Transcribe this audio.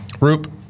Roop